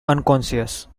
unconscious